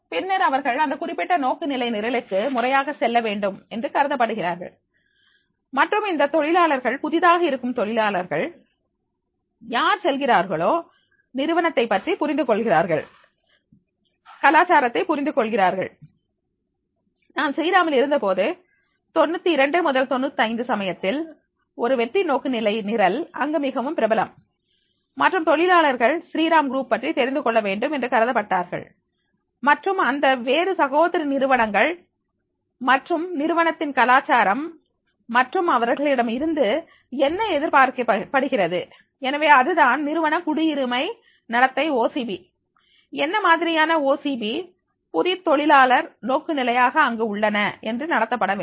பின்னர் அவர்கள் இந்த குறிப்பிட்ட நோக்கு நிலை நிரலுக்கு முறையாக செல்ல வேண்டும் என்று கருதப்படுகிறார்கள் மற்றும் இந்த தொழிலாளர்கள் புதிதாக இருக்கும் தொழிலாளர்கள் யார் செல்கிறார்களோ நிறுவனத்தைப் பற்றி புரிந்து கொள்கிறார்கள் கலாச்சாரத்தை புரிந்து கொள்கிறார்கள் நான் ஸ்ரீராமில் இருந்தபோது 92 முதல் 95 சமயத்தில் ஒரு வெற்றி நோக்கு நிலை நிரல் அங்கு மிகவும் பிரபலம் மற்றும் தொழிலாளர்கள் ஸ்ரீராம் குரூப் பற்றி தெரிந்துகொள்ள வேண்டும் என்று கருதப்பட்டார்கள் மற்றும் அந்த வேறு சகோதரி நிறுவனங்கள் மற்றும் நிறுவனத்தின் கலாச்சாரம் மற்றும் அவர்களிடம் இருந்து என்ன எதிர்பார்க்கப்படுகிறது எனவே அதுதான் நிறுவன குடியுரிமை நடத்தை என்ன மாதிரியான ஓசிபி புது தொழிலாளர் நோக்கு நிலையாக அங்கு உள்ளன என்று நடத்தப்பட வேண்டும்